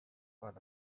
got